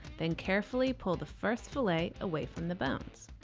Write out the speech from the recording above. then carefully pull the first fillet away from the bones.